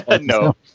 No